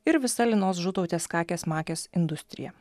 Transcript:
ir visa linos žutaute kakės makės industrija